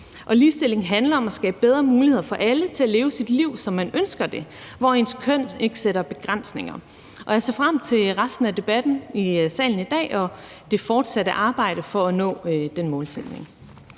ligestilling handler om at skabe bedre muligheder for alle til at leve sit liv, som man ønsker det, og hvor ens køn ikke sætter begrænsninger. Jeg ser frem til resten af debatten i salen i dag og det fortsatte arbejde for at nå den målsætning.